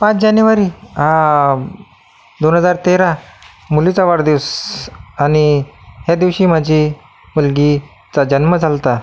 पाच जानेवारी दोन हजार तेरा मुलीचा वाढदिवस आणि ह्या दिवशी माझी मुलगीचा जन्म झाला होता